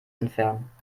entfernen